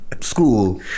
school